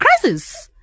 crisis